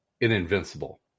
invincible